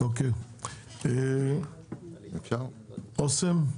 אוקיי, אסם?